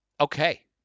okay